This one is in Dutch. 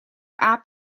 aap